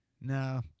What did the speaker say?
No